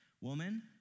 Woman